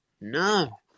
No